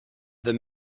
the